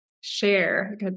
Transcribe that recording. share